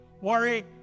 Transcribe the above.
worry